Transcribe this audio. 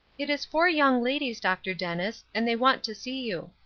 it is four young ladies, dr. dennis, and they want to see you.